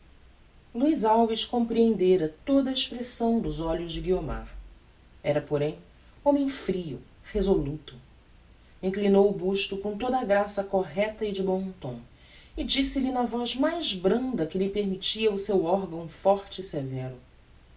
luiz alves comprehendera toda a expressão dos olhos de guiomar era porém homem frio resoluto inclinou o busto com toda a graça correcta e de bom tom e disse-lhe na voz mais branda que lhe permittia o seu orgão forte e severo